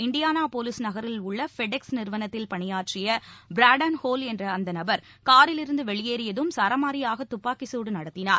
Indianapolis நகரில் உள்ள FedEx நிறுவனத்தில் பணியாற்றிய பிரெண்டன் ஹோல் என்ற அந்த நபர் காரிலிருந்து வெளியேறியதும் சரமாரியாக துப்பாக்கி சூடு நடத்தினார்